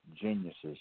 geniuses